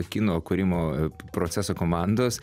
kino kūrimo proceso komandos